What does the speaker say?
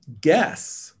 guess